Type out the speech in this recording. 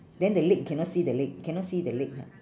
then the leg cannot see the leg cannot see the leg ha